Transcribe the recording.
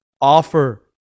offer